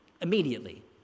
immediately